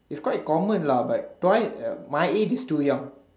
it's quite common lah but twice uh my age is too young